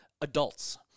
adults